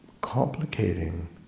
complicating